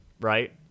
right